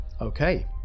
Okay